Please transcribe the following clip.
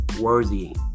worthy